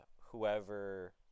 whoever